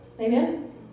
Amen